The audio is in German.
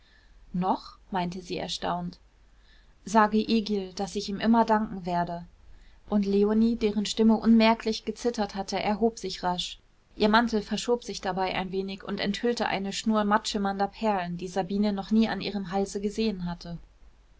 noch meinte sie erstaunt sage egil daß ich ihm immer danken werde und leonie deren stimme unmerklich gezittert hatte erhob sich rasch ihr mantel verschob sich dabei ein wenig und enthüllte eine schnur mattschimmernder perlen die sabine noch nie an ihrem halse gesehen hatte